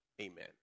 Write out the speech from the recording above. amen